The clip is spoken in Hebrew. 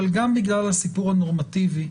אבל גם בגלל הסיפור הנורמטיבי,